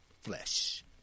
flesh